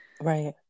right